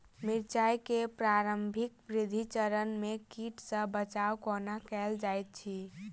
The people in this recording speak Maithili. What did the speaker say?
मिर्चाय केँ प्रारंभिक वृद्धि चरण मे कीट सँ बचाब कोना कैल जाइत अछि?